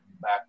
back